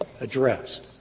addressed